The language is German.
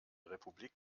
republik